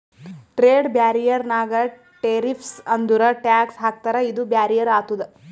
trade barrier ನಾಗ್ tariffs ಅಂದುರ್ tax ಹಾಕ್ತಾರ ಇದು ಬ್ಯಾರಿಯರ್ ಆತುದ್